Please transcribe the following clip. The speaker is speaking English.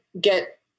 get